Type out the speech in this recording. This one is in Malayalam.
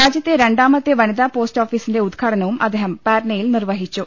രാജ്യത്തെ രണ്ടാമത്തെ വനിതാ പോസ്റ്റ് ഓഫീസിന്റെ ഉദ്ഘാടനവും അദ്ദേഹ്ം പാറ്റ്നയിൽ നിർവ്വഹിച്ചു